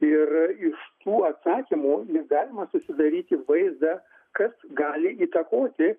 ir iš tų atsakymų galima susidaryti vaizdą kas gali įtakoti